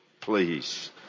please